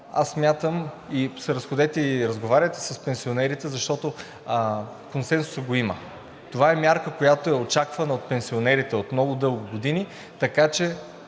аз смятам –разходете се и разговаряйте с пенсионерите, защото консенсусът го има – това е мярка, която е очаквана от пенсионерите от много дълги години, така че